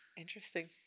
Interesting